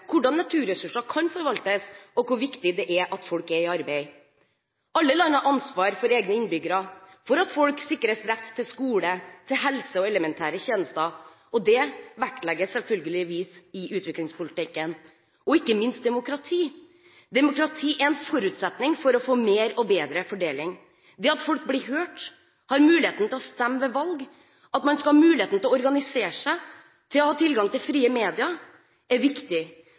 hvordan naturressurser kan forvaltes, og hvor viktig det er at folk er i arbeid. Alle land har ansvar for egne innbyggere – for at folk sikres rett til skole, til helse og elementære tjenester. Det vektlegges selvfølgelig i utviklingspolitikken. Ikke minst vektlegges demokrati. Demokrati er en forutsetning for å få mer og bedre fordeling. Det at folk blir hørt, at man har muligheten til å stemme ved valg, at man har muligheten til å organisere seg og har tilgang til frie medier, er viktig.